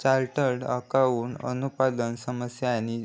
chartered accountant अनुपालन समस्या आणि